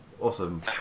awesome